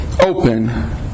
Open